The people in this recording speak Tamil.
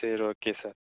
சரி ஓகே சார்